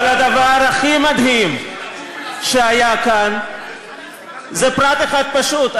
אבל הדבר הכי מדהים שהיה כאן זה פרט אחד פשוט: